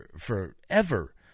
forever